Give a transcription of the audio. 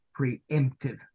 preemptive